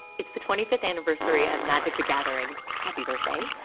it's the twenty fifth anniversary of magic the gathering, happy birthday.